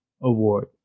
award